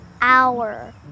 hour